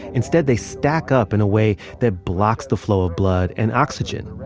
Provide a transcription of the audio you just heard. instead, they stack up in a way that blocks the flow of blood and oxygen